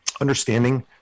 understanding